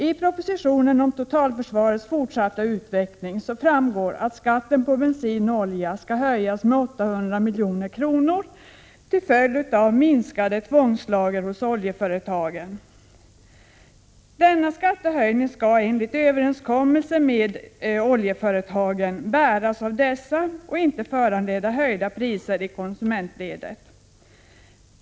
Av propositionen om totalförsvarets fortsatta utveckling framgår att skatten på bensin och olja skall höjas med 800 milj.kr. till följd av minskade tvångslager hos oljeföretagen. Denna skattehöjning skall enligt en överenskommelse med oljeföretagen bäras av dessa och inte föranleda höjda priser i konsumentledet.